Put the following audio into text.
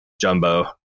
jumbo